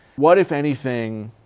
what, if anything,